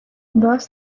thus